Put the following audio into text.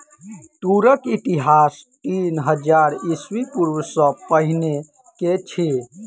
तूरक इतिहास तीन हजार ईस्वी पूर्व सॅ पहिने के अछि